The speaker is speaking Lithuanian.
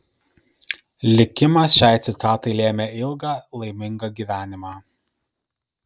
likimas šiai citatai lėmė ilgą laimingą gyvenimą